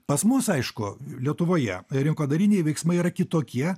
pas mus aišku lietuvoje rinkodariniai veiksmai yra kitokie